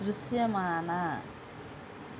దృశ్యమాన